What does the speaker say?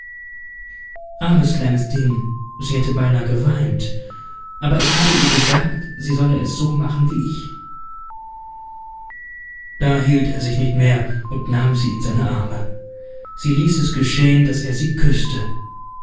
armes kleines ding sie hätte beinahe geweint aber ich habe ihr gesagt sie solle es so machen wie ich da hielt er sich nicht mehr und nahm sie in seine arme sie ließ es geschehen daß er sie küßte